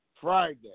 Friday